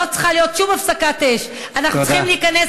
לא צריכה להיות שום הפסקת אש, תודה.